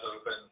open